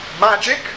magic